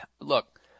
look